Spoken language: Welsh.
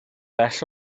bell